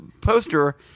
poster